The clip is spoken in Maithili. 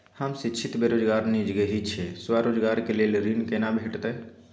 हम शिक्षित बेरोजगार निजगही छी, स्वरोजगार के लेल ऋण केना भेटतै?